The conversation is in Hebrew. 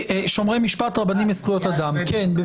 לא